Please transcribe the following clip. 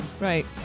Right